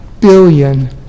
billion